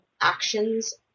actions